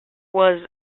was